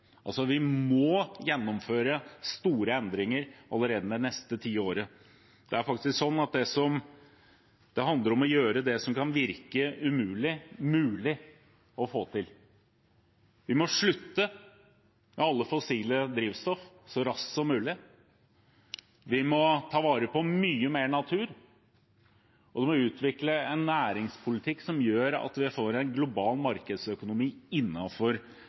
vi må gjennomføre store endringer allerede det neste tiåret. Det er faktisk sånn at det handler om å gjøre det som kan virke umulig å få til, mulig. Vi må slutte med alle fossile drivstoff så raskt som mulig, vi må ta vare på mye mer natur, og vi må utvikle en næringspolitikk som gjør at vi får en global markedsøkonomi